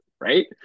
right